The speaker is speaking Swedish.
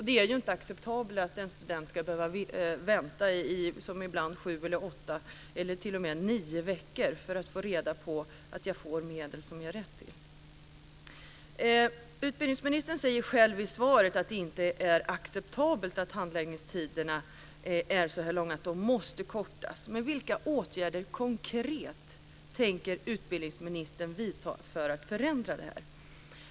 Det är inte acceptabelt att jag som student ska behöva vänta - som ibland är fallet - i sju eller åtta, eller t.o.m. nio, veckor på att få reda på att jag får medel som jag har rätt till. Utbildningsministern säger själv i svaret att det inte är acceptabelt att handläggningstiderna är så långa och att de måste kortas. Men vilka konkreta åtgärder tänker utbildningsministern vidta för att förändra det här?